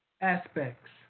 aspects